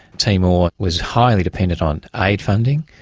timor was highly dependent on aid funding,